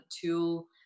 tool